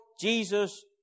Jesus